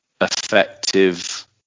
effective